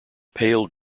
pale